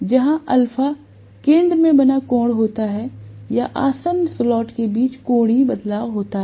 जहां α केंद्र में बना कोण होता है या आसन्न स्लॉट्स के बीच कोणीय बदलाव होता है